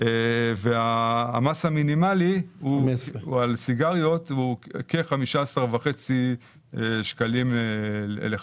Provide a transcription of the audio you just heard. המס המינימלי על סיגריות הוא כ-15.5 שקלים לחפיסה.